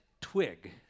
twig